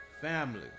family